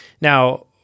Now